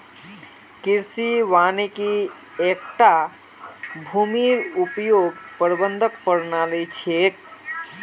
कृषि वानिकी एकता भूमिर उपयोग प्रबंधन प्रणाली छिके